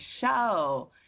show